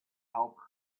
helper